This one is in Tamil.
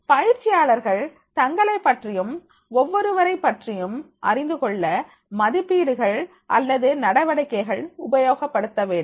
பயிற்சியாளர்கள் தங்களைப் பற்றியும் ஒவ்வொருவரைப் பற்றியும் அறிந்துகொள்ள மதிப்பீடுகள் அல்லது நடவடிக்கைகள் உபயோகப்படுத்த வேண்டும்